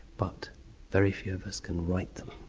but very few of us can write them.